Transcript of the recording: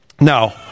No